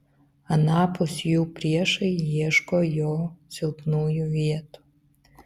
anapus jų priešai ieško jo silpnųjų vietų